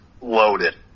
loaded